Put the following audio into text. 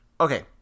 Okay